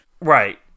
Right